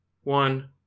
one